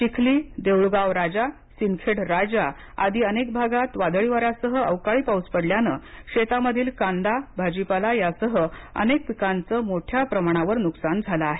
चिखली देऊळगाव राजा सिंदखेडराजा अनेक भागात वादळी वाऱ्यासह अवकाळी पाऊस पडल्याने शेतामधील कांदा भाजीपाला यासह अनेक पिकांचे मोठ्या प्रमाणावर नुकसान झाले आहे